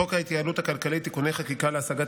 חוק ההתייעלות הכלכלית (תיקוני חקיקה להשגת